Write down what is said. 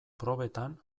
probetan